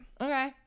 Okay